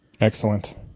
Excellent